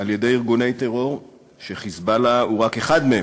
על-ידי ארגוני טרור ש"חיזבאללה" הוא רק אחד מהם,